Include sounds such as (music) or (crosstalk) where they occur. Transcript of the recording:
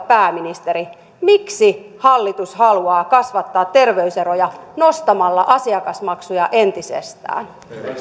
(unintelligible) pääministeri miksi hallitus haluaa kasvattaa terveyseroja nostamalla asiakasmaksuja entisestään